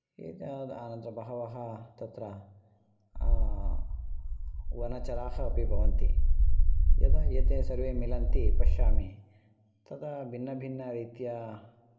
अनन्तरं बहवः तत्र वनचराः अपि भवन्ति यदा एते सर्वे मिलन्ति पश्यामि तदा भिन्नभिन्नरीत्या